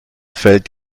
fällt